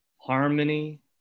Harmony